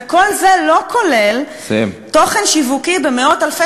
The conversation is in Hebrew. וכל זה לא כולל תוכן שיווקי במאות-אלפי